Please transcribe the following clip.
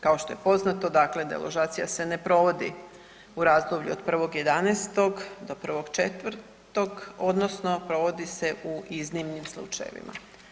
Kao što je poznato, dakle deložacija se ne provodi u razdoblju od 1.11. do 1.4. odnosno provodi se u iznimnim slučajevima.